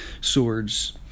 swords